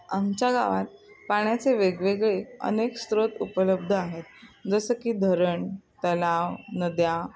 आमच्या गावात पाण्याचे वेगवेगळे अनेक स्त्रोत उपलब्ध आहेत जसं की धरण तलाव नद्या